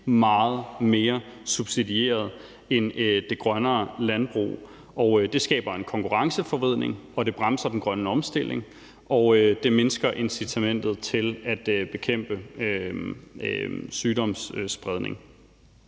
meget mere subsidieret end det grønnere landbrug, og det skaber en konkurrenceforvridning, og det bremser den grønne omstilling, og det mindsker incitamentet til at bekæmpe sygdomsspredning.